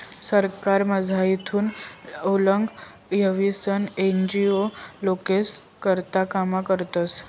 सरकारमझारथून आल्लग व्हयीसन एन.जी.ओ लोकेस्ना करता काम करतस